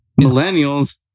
millennials